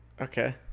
Okay